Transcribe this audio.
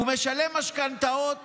הוא משלם משכנתאות